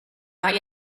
not